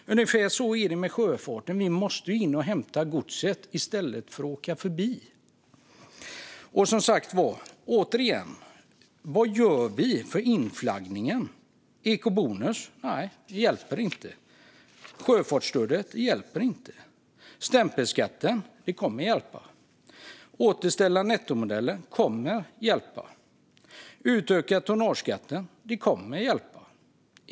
Ungefär så är det med sjöfarten. Vi måste in och hämta godset i stället för att åka förbi. Som sagt, återigen: Vad gör vi för inflaggningen? Ekobonus hjälper inte. Sjöfartsstödet hjälper inte. Stämpelskatten kommer att hjälpa. Att återställa nettomodellen kommer att hjälpa. Att utöka tonnageskatten kommer att hjälpa.